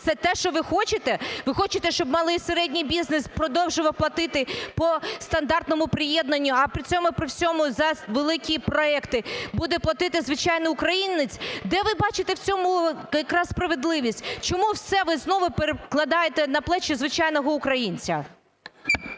це те, що ви хочете? Ви хочете, щоб малий і середній бізнес продовжував платити по стандартному приєднанню, а при цьому при всьому за великі проекти буде платити звичайний українець? Де ви бачите в цьому, яка справедливість? Чому все ви знову перекладаєте на плечі звичайного українця?